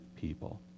people